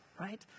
right